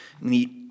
neat